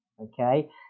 okay